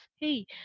hey